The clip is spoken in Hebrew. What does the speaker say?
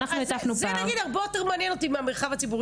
אז אנחנו נדבר על כמה דברים מהותיים.